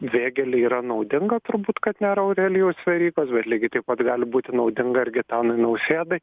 vėgėlei yra naudinga turbūt kad nėra aurelijaus verygos bet lygiai taip pat gali būti naudinga ir gitanui nausėdai